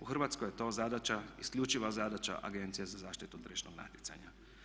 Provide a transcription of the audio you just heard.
U Hrvatskoj je to zadaća, isključiva zadaća Agencije za zaštitu tržišnog natjecanja.